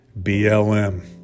BLM